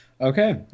Okay